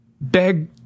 beg